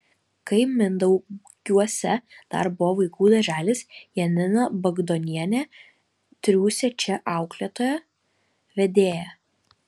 kai mindaugiuose dar buvo vaikų darželis janina bagdonienė triūsė čia auklėtoja vedėja